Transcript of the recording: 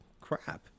crap